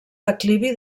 declivi